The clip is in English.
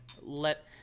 let